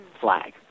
flag